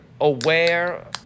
aware